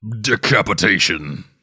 decapitation